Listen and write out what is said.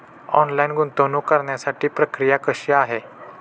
Online गुंतवणूक करण्यासाठी प्रक्रिया कशी आहे?